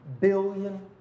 billion